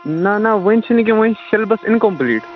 نہ نہ وۄنۍ چھُنہٕ کیٚنٛہہ وۄنۍ سٮ۪لبَس اِنکَمپٕلیٖٹ